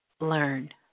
learn